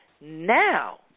Now